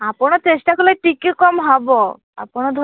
ଆପଣ ଚେଷ୍ଟାକଲେ ଟିକେ କମ ହେବ ଆପଣ